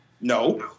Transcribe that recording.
no